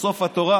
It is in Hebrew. בסוף התורה